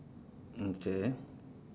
okay